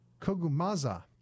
kogumaza